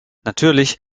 natürlich